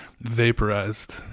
vaporized